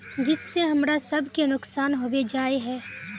जिस से हमरा सब के नुकसान होबे जाय है?